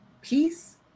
peace